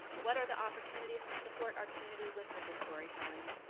what are the opportunities to support our community with visual storytelling?